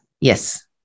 Yes